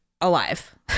alive